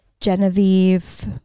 Genevieve